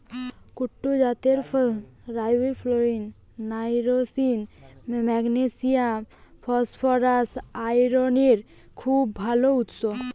কুট্টু জাতের ফসল riboflavin, niacin, magnesium, phosphorus, আয়রনের খুব ভাল উৎস